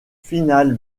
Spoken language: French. finale